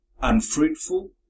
unfruitful